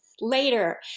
later